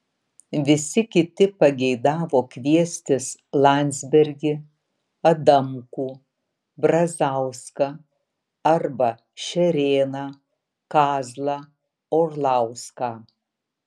visi kiti pageidavo kviestis landsbergį adamkų brazauską arba šerėną kazlą orlauską